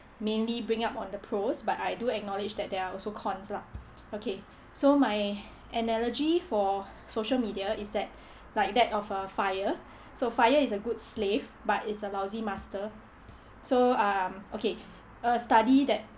mainly bring up on the pros but I do acknowledge that there are also cons lah okay so my analogy for social media is that like that of a fire so fire is a good slave but it's a lousy master so um okay a study that